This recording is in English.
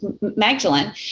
Magdalene